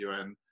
UN